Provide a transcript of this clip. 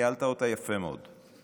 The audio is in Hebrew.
ניהלת אותה יפה מאוד,